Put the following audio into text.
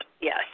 yes